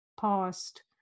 past